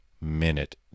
minute